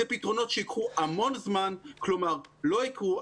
זה פתרונות שייקחו המון זמן, כלומר לא יקרו.